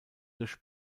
durch